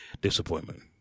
disappointment